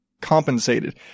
compensated